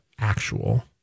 actual